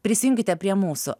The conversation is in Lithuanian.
prisijunkite prie mūsų